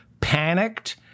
panicked